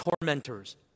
tormentors